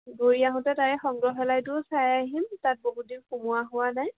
ঘূূৰি আহোঁতে তাৰে সংগ্ৰহালয়টোও চাই আহিম তাত বহুত দিন সোমোৱা হোৱা নাই